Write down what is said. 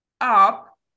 up